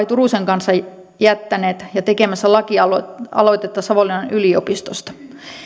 turusen kanssa tekemässä lakialoitetta savonlinnan yliopistosta